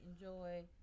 enjoy